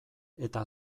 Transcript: eta